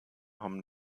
haben